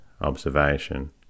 observation